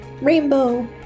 Rainbow